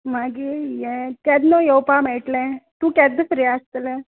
मागीर यें केन्ना येवपा मेळट्लें तूं केद्द फ्री आसतलें